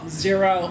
zero